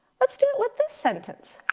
let's do it with this sentence.